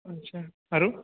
আচ্ছা আৰু